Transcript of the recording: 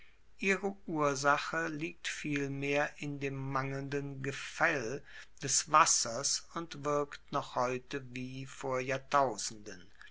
ihre ursache liegt vielmehr in dem mangelnden gefaell des wassers und wirkt noch heute wie vor jahrtausenden